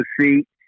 seat